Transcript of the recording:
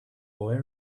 boy